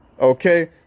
okay